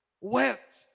wept